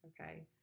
Okay